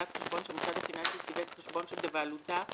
חשבון שהמוסד הפיננסי סיווג חשבון שבבעלותו